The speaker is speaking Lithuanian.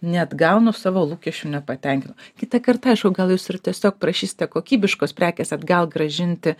neatgaunu savo lūkesčių nepatenkinau kitą kartą aišku gal jūs ir tiesiog prašysite kokybiškos prekės atgal grąžinti